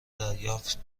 دریافت